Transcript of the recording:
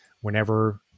Whenever